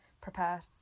prepare